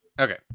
Okay